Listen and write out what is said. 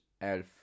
Elf